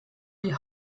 die